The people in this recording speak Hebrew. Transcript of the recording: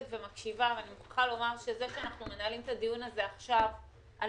זה שאנחנו מנהלים את הסיוע הזה עכשיו על